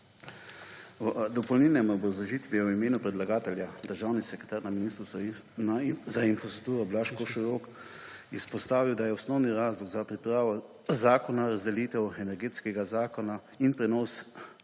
V dopolnilni obrazložitvi je v imenu predlagatelja državni sekretar na Ministrstvu za infrastrukturo Blaž Košorok izpostavil, da je osnovni razlog za pripravo zakona razdelitev Energetskega zakona in prenos